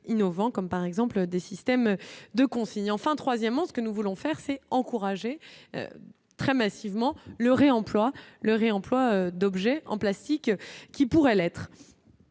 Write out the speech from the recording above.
innovants, comme par exemple des systèmes de consignes enfin troisièmement, ce que nous voulons faire c'est encourager très massivement le réemploi le réemploi d'objets en plastique qui pourrait l'être